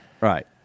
Right